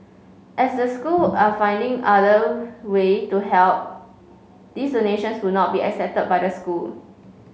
as the school are finding other way to help these donations would not be accepted by the school